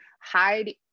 hide